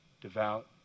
devout